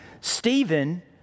Stephen